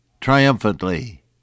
triumphantly